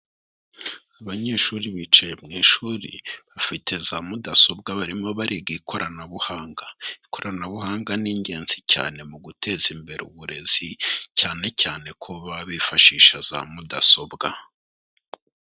Abanyeshuri bicaye mu ishuri bafite za mudasobwa barimo bariga ikoranabuhanga. Ikoranabuhanga ni ingenzi cyane mu guteza imbere uburezi, cyane cyane ko baba bifashisha za mudasobwa.